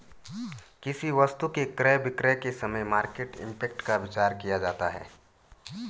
किसी वस्तु के क्रय विक्रय के समय मार्केट इंपैक्ट का विचार किया जाता है